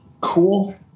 cool